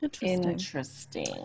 interesting